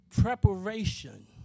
Preparation